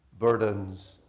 burdens